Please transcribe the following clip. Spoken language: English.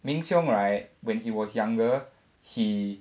meng siong right when he was younger he